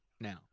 now